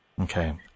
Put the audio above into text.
Okay